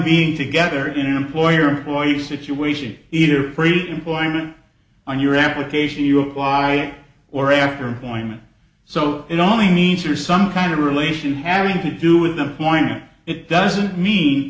being together in an employer employee situation either freely employment on your application you are right or after employment so it only means or some kind of relation having to do with the point it doesn't mean